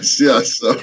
yes